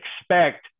expect